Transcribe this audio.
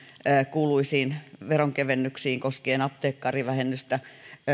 kuuluisiin veronkevennyksiin koskien apteekkarivähennystä